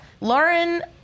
Lauren